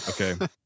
Okay